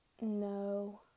no